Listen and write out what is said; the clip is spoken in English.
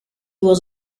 was